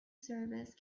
service